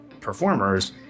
performers